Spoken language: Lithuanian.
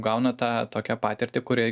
gauna tą tokią patirtį kuri